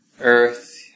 earth